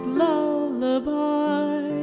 lullaby